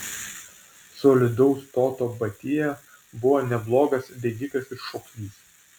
solidaus stoto batia buvo neblogas bėgikas ir šoklys